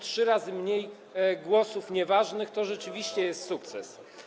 Trzy razy mniej głosów nieważnych to rzeczywiście jest sukces.